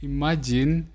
Imagine